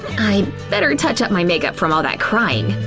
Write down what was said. i'd better touch up my makeup from all that crying!